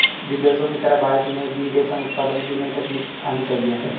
विदेशों की तरह भारत में भी रेशम उत्पादन की नई तकनीक आनी चाहिए